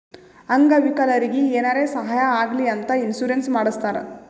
ಅಂಗ ವಿಕಲರಿಗಿ ಏನಾರೇ ಸಾಹಾಯ ಆಗ್ಲಿ ಅಂತ ಇನ್ಸೂರೆನ್ಸ್ ಮಾಡಸ್ತಾರ್